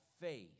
faith